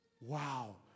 wow